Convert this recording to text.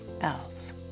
else